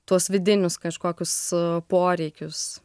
tuos vidinius kažkokius poreikius